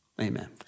Amen